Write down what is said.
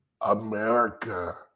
America